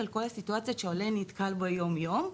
על כל הסיטואציות שעולה נתקל בהן יום יום,